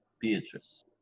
Beatrice